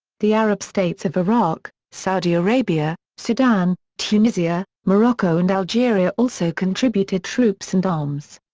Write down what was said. the arab states of iraq, saudi arabia, sudan, tunisia, morocco and algeria also contributed troops and arms.